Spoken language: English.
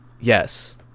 Yes